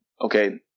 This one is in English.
okay